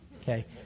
okay